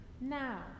now